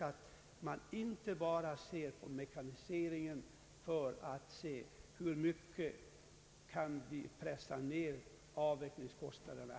Man kan inte bara studera mekaniseringen ur den synvinkeln att man frågar: Hur mycket kan vi pressa ned avverkningskostnaderna?